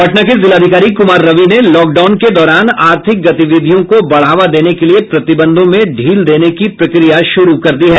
पटना के जिलाधिकारी कुमार रवि ने लॉक डाउन के दौरान आर्थिक गतिविधियों को बढ़ावा देने के लिए प्रतिबंधों में ढील देने की प्रक्रिया शुरू कर दी है